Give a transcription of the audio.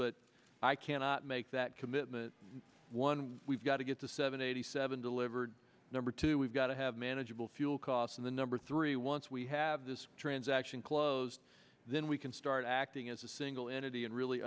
but i cannot make that commitment one we've got to get the seven eighty seven to live number two we've got to have manageable fuel costs in the number three once we have this transaction closed then we can start acting as a single entity and really